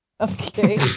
Okay